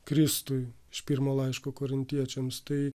kristui iš pirmo laiško korintiečiams tai